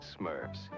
Smurfs